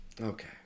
okay